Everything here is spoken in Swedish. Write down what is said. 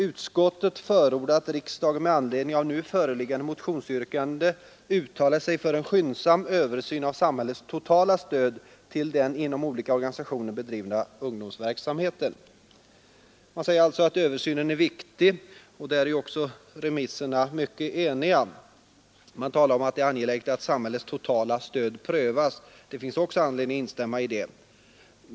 Utskottet förordar att riksdagen med anledning av de nu föreliggande motionsyrkandena uttalar sig för en skyndsam översyn av samhällets totala stöd till den inom olika organisationer bedrivna ungdomsverksamheten.” Man anser alltå att översynen är viktig, och därom är också remissinstanserna eniga. Det talas vidare om att det är angeläget att samhällets totala stöd prövas, och det finns anledning att instämma även i detta.